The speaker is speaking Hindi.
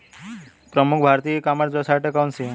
प्रमुख भारतीय ई कॉमर्स वेबसाइट कौन कौन सी हैं?